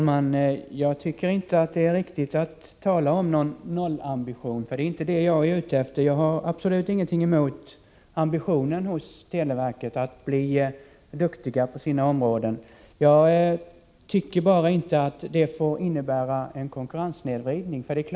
Herr talman! Det är inte riktigt att tala om en nollambition, och jag är inte ute efter det. Jag har absolut ingenting emot ambitionen hos televerket att bli duktigt inom sitt verksamhetsområde. Detta får emellertid inte medföra en konkurrenssnedvridning.